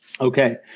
okay